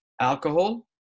alcohol